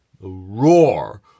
roar